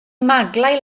maglau